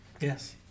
yes